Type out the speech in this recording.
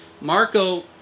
Marco